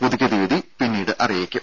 പുതുക്കിയ തിയ്യതി പിന്നീട് അറിയിക്കും